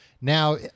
Now